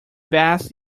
best